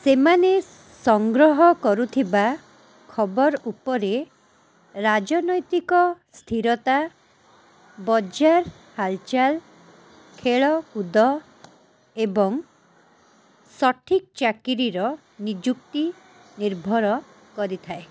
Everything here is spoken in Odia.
ସେମାନେ ସଂଗ୍ରହ କରୁଥିବା ଖବର ଉପରେ ରାଜନୈତିକ ସ୍ଥିରତା ବଜାର ହାଲଚାଲ ଖେଳକୁଦ ଏବଂ ସଠିକ ଚାକିରିର ନିଯୁକ୍ତି ନିର୍ଭର କରିଥାଏ